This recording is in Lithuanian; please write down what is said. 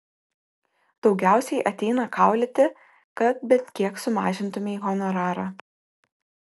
daugiausiai ateina kaulyti kad bent kiek sumažintumei honorarą